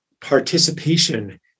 participation